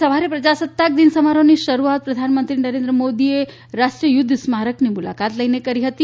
આજે સવારે પ્રજાસત્તાક દિન સમારોહની શરૂઆત પ્રધાનમંત્રી નરેન્દ્ર મોદીએ રાષ્ટ્રીય યુદ્ધ સ્મારકની મુલાકાત લઈને કરી હતી